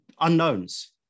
unknowns